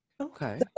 Okay